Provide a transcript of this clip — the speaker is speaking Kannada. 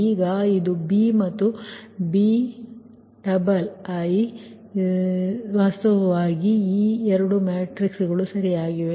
ಈಗ ಇದು 𝐵′ ಮತ್ತು 𝐵" ವಾಸ್ತವವಾಗಿ ಈ 2 ಮ್ಯಾಟ್ರಿಕ್ಸ್'ಗಳು ಸರಿಯಾಗಿವೆ